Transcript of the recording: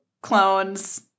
clones